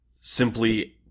simply